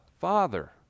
Father